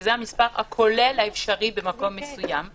שזה המספר הכולל האפשרי במקום מסוים,